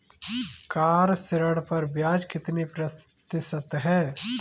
Car ऋण पर ब्याज कितने प्रतिशत है?